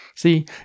See